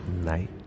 night